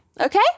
Okay